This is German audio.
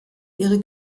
ihre